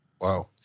Wow